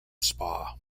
spa